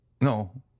No